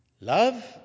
Love